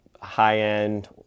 High-end